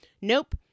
Nope